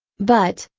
but,